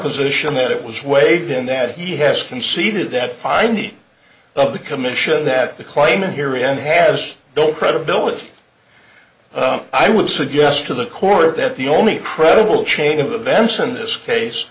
position that it was waived in that he has conceded that findings of the commission that the claimant hear and has no credibility i would suggest to the court that the only credible chain of events in this case